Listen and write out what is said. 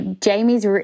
Jamie's